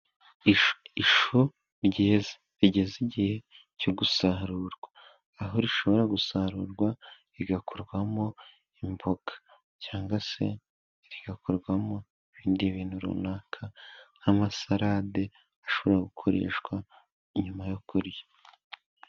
Ishu ryiza rigeze igihe cyo gusarurwa, aho rishobora gusarurwa rigakorwamo, imboga cyangwa se rigakorwamo ibindi bintu runaka, nk'amasalade ashobora gukoreshwa nyuma yo kurya.